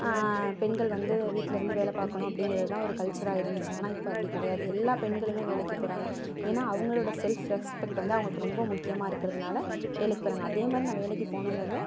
பெண்கள் வந்து வீட்டில் இருந்து வேலை பார்க்கணும் அப்படிங்கிறதுதான் ஒரு கல்ச்சராக இருந்துச்சு ஆனால் இப்போ அப்படி கிடையாது எல்லா பெண்களுமே வேலைக்கு போகிறாங்க ஏன்னா அவங்ளோட செல்ஃப் ரெஸ்பெக்ட் வந்து அவங்களுக்கு ரொம்ப முக்கியமாக இருக்கிறதுனால வேலைக்கு போகிறாங்க அதேமாதிரி நான் வேலைக்கு போகணுங்கறத